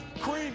Cream